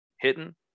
hidden